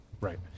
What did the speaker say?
Right